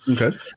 Okay